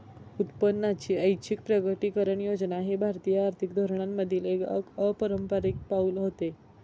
उत्पन्नाची ऐच्छिक प्रकटीकरण योजना हे भारतीय आर्थिक धोरणांमधील एक अपारंपारिक पाऊल होते